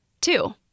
Two